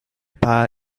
par